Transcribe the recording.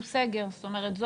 והוא סגר, הוא חשוב.